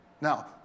Now